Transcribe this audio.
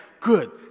good